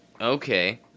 Okay